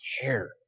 care